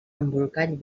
embolcall